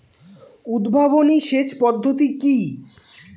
উদ্ভাবনী সেচ পদ্ধতি কি?